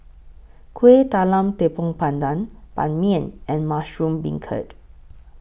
Kuih Talam Tepong Pandan Ban Mian and Mushroom Beancurd